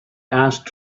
asked